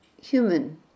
human